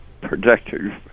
protective